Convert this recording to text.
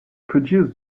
produced